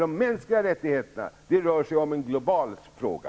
De mänskliga rättigheterna är en global fråga.